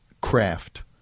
craft